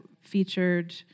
featured